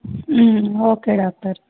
okay doctor